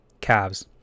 calves